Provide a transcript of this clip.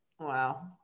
Wow